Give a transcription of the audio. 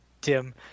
Tim